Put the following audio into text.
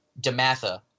Damatha